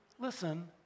listen